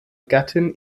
gattin